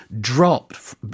dropped